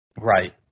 Right